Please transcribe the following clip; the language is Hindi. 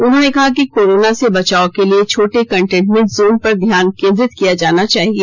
उन्होंने कहा कि कोरोना से बचाव के लिए छोटे कंटेनमेंट जोन पर ध्यान केन्द्रित किया जाना चाहिए